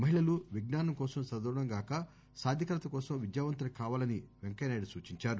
మహిళలు విజ్ఞానం కోసం చదవడం గాక సాధికారత కోసం విద్యావంతులు కావాలని పెంకయ్యనాయుడు సూచించారు